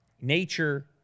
Nature